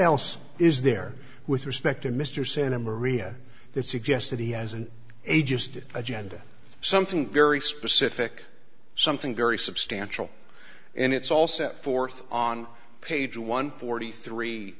else is there with respect to mr santa maria that suggests that he has an ages to agenda something very specific something very substantial and it's all set forth on page one forty three